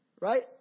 Right